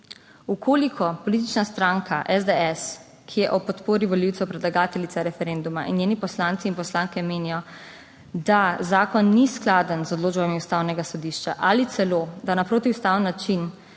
Če politična stranka SDS, ki je ob podpori volivcev predlagateljica referenduma, in njeni poslanci in poslanke menijo, da zakon ni skladen z odločbami Ustavnega sodišča ali celo, da na protiustaven način